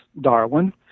Darwin